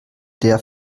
der